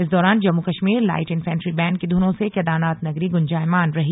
इस दौरान Jammu Kashmir light infantry band की धुनों से केदारनाथ नगरी गुंजायमान रही